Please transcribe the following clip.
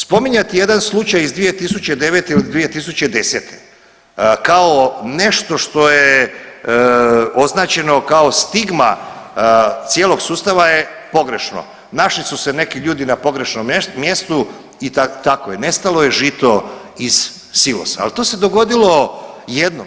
Spominjati jedan slučaj iz 2009. ili 2010. kao nešto što je označeno kao stigma cijelog sustava je pogrešno, našli su se neki ljudi na pogrešnom mjesto i tako je, nestalo je žito iz silosa, al to se dogodilo jednom.